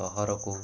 ସହରକୁ